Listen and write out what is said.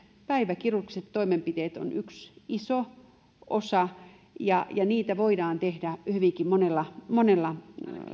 päiväkirurgiset toimenpiteet ovat yksi iso osa ja ja niitä voidaan tehdä hyvinkin monella monella